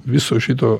viso šito